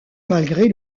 malgré